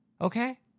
okay